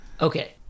Okay